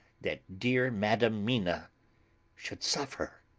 that dear madam mina should suffer!